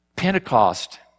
Pentecost